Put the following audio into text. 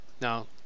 Now